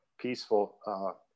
Peaceful